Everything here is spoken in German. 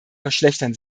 verschlechtern